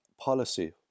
policy